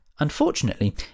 Unfortunately